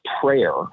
prayer